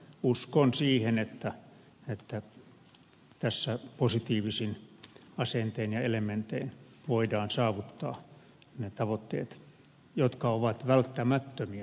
uskon siihen että tässä positiivisin asentein ja elementein voidaan saavuttaa ne tavoitteet jotka ovat sinänsä välttämättömiä saavuttaa